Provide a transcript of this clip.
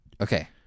Okay